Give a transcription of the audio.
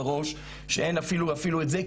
אין אפילו את זה,